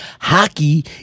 hockey